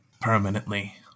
permanently